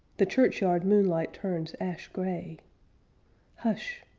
the churchyard moonlight turns ash-gray hush!